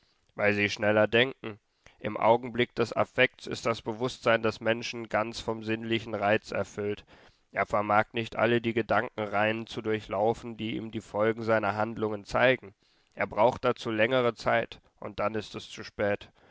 weil sie schneller denken im augenblick des affekts ist das bewußtsein des menschen ganz vom sinnlichen reiz erfüllt er vermag nicht alle die gedankenreihen zu durchlaufen die ihm die folgen seiner handlungen zeigen er braucht dazu längere zeit und dann ist es zu spät